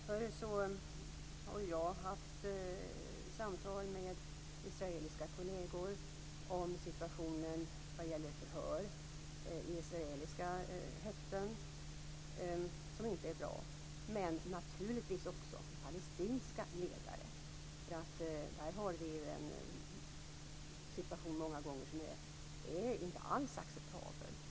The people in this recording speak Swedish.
Därför har jag haft samtal med israeliska kolleger om situationen vad gäller förhör i israeliska häkten, som inte är bra. Men jag har naturligtvis också haft samtal med palestinska ledare, därför att där är situationen många gånger inte alls acceptabel.